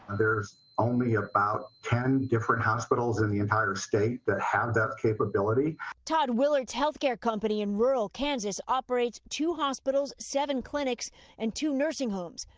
there's only about ten different hospitals in the entire state that has that capability. reporter todd willard's health care company in rural kansas operates two hospitals, seven clinics and two nursing homes.